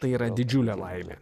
tai yra didžiulė laimė